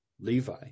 Levi